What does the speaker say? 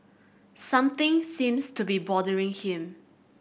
something seems to be bothering him